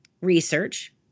research